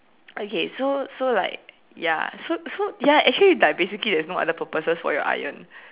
okay so so like ya so so ya actually like basically there is no other purposes for your iron